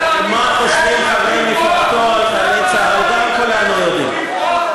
מה חושבים חברי מפלגתו על חיילי צה"ל גם כולנו יודעים.